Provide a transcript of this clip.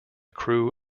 crew